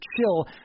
chill